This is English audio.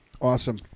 awesome